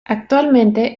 actualmente